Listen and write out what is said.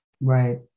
Right